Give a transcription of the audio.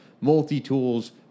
multi-tools